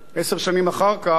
עשר שנים אחר כך,